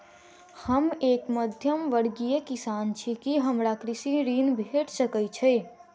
हम एक मध्यमवर्गीय किसान छी, की हमरा कृषि ऋण भेट सकय छई?